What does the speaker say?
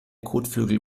kotflügel